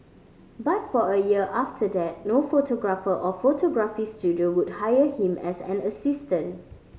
but for a year after that no photographer or photography studio would hire him as an assistant